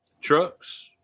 trucks